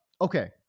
Okay